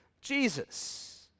Jesus